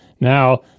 Now